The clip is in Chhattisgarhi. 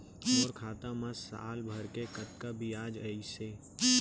मोर खाता मा साल भर के कतका बियाज अइसे?